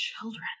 children